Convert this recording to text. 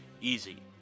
Easy